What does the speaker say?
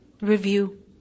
Review